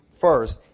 first